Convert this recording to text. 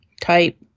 type